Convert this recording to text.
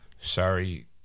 Sorry